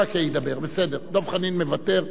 ברכה ידבר, בסדר, דב חנין מוותר.